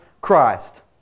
Christ